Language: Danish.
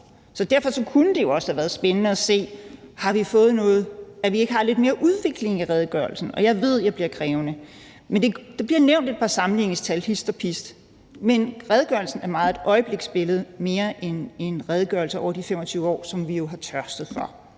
at se: Har vi fået noget nyt? Det er altså, at vi ikke har lidt mere udvikling i redegørelsen, og jeg ved, jeg bliver krævende, men der bliver nævnt et par sammenligningstal hist og pist, men redegørelsen er meget et øjebliksbillede mere end en redegørelse over de 25 år, som vi jo har tørstet efter.